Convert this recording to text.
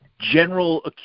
general